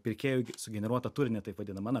pirkėjų sugeneruotą turinį taip vadinamą na